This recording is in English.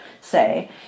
say